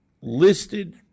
listed